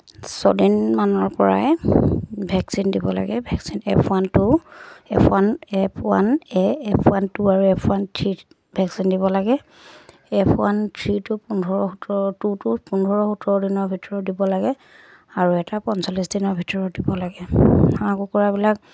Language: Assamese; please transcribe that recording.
ছদিনমানৰ পৰাই ভেকচিন দিব লাগে vaccine F one two F one F one এ এফ ওৱান টু আৰু এফ ওৱান থ্ৰী ভেকচিন দিব লাগে এফ ওৱান থ্ৰীটো পোন্ধৰ সোতৰ টুটো পোন্ধৰ সোতৰ দিনৰ ভিতৰত দিব লাগে আৰু এটা পঞ্চল্লিছ দিনৰ ভিতৰত দিব লাগে হাঁহ কুকুৰাবিলাক